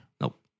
Nope